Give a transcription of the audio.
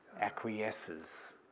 acquiesces